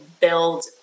build